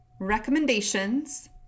recommendations